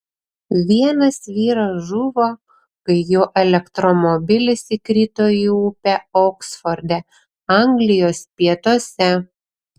vienas vyras žuvo kai jo elektromobilis įkrito į upę oksforde anglijos pietuose